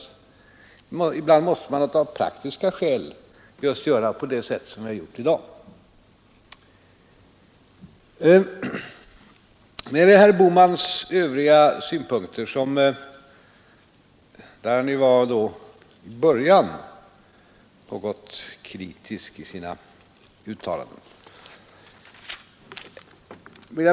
Men ibland måste man alltså av praktiska skäl göra som vi har gjort nu. Herr Bohman var i början något kritisk i sina uttalanden.